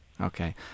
Okay